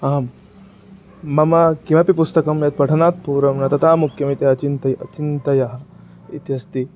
आम् मम किमपि पुस्तकं यत् पठानात् पूर्वं न तथा मुख्यमिति अचिन्त्य अचिन्त्य इत्यस्ति